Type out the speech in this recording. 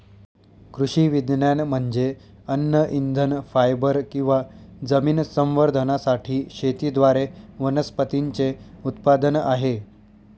कृषी विज्ञान म्हणजे अन्न इंधन फायबर किंवा जमीन संवर्धनासाठी शेतीद्वारे वनस्पतींचे उत्पादन आहे